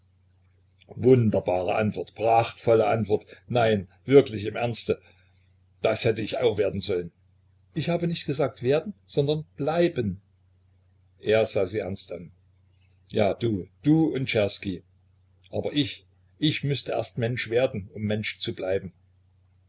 wunderbare antwort prachtvolle antwort nein wirklich im ernste das hätt ich auch werden sollen ich habe nicht gesagt werden sondern bleiben er sah sie ernst an ja du du und czerski aber ich ich müßte erst mensch werden um mensch zu bleiben